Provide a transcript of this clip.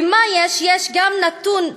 ומה יש, יש גם נתון מדהים: